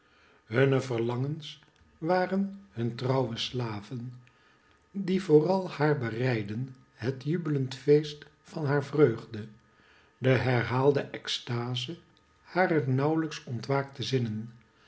hunne verlangens waren hun trouwe slaven die vooral haar bereidden het jubelend feest van haar vreugde de herhaalde extaze harer nauwlijks ontwaakte zinnen